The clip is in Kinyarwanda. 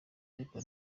ariko